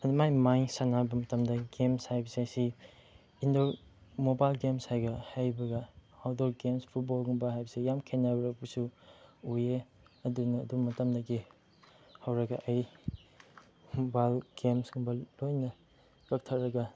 ꯑꯗꯨꯃꯥꯏꯅ ꯃꯥꯏꯟ ꯁꯥꯟꯅꯕ ꯃꯇꯝꯗ ꯒꯦꯝꯁ ꯍꯥꯏꯕꯁꯦ ꯁꯤ ꯏꯟꯗꯣꯔ ꯃꯣꯕꯥꯏꯜ ꯒꯦꯝꯁ ꯍꯥꯏꯕꯒ ꯑꯥꯎꯠꯗꯣꯔ ꯒꯦꯝꯁ ꯐꯨꯠꯕꯣꯜꯒꯨꯝꯕ ꯍꯥꯏꯕꯁꯦ ꯌꯥꯝ ꯈꯦꯠꯅꯔꯛꯄꯁꯨ ꯎꯏꯌꯦ ꯑꯗꯨꯅ ꯑꯗꯨ ꯃꯇꯝꯗꯒꯤ ꯍꯧꯔꯒ ꯑꯩ ꯃꯣꯕꯥꯏꯜ ꯒꯦꯝꯁꯀꯨꯝꯕ ꯂꯣꯏꯅ ꯀꯛꯊꯠꯂꯒ